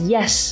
Yes